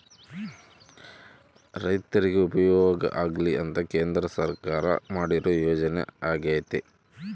ರೈರ್ತಿಗೆ ಉಪಯೋಗ ಆಗ್ಲಿ ಅಂತ ಕೇಂದ್ರ ಸರ್ಕಾರ ಮಾಡಿರೊ ಯೋಜನೆ ಅಗ್ಯತೆ